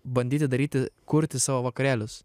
bandyti daryti kurti savo vakarėlius